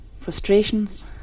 frustrations